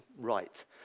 right